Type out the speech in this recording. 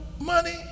money